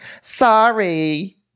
Sorry